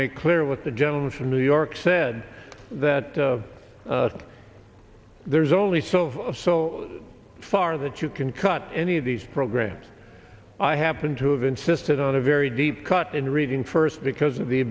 make clear what the gentleman from new york said that there's only so voice so far that you can cut any of these programs i happen to have insisted on a very deep cut in reading first because of the